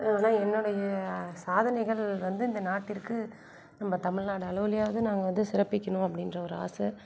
ஆனால் என்னுடைய சாதனைகள் வந்து இந்த நாட்டிற்கு நம்ம தமிழ்நாடு அளவுலையாவது நான் வந்து சிறப்பிக்கணும் அப்படின்ற ஒரு ஆசை